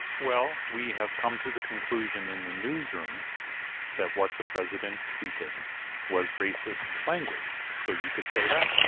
well, we have come to the conclusion in the newsroom that what the president tweeted was racist language, so you could say that